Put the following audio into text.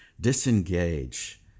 disengage